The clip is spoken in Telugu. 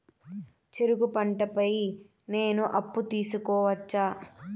చెరుకు పంట పై నేను అప్పు తీసుకోవచ్చా?